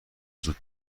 زود